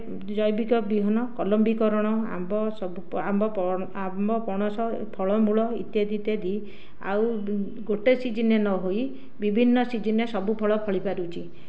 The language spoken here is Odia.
ଜୈବିକ ବିହନ କଲମ୍ବିକରଣ ଆମ୍ବ ସବୁ ଆମ୍ବ ପଣସ ଫଳମୂଳ ଇତ୍ୟାଦି ଇତ୍ୟାଦି ଆଉ ଗୋଟେ ସିଜିନ ନହୋଇ ବିଭିନ୍ନ ସିଜିନରେ ସବୁ ଫଳ ଫଳିପାରୁଛି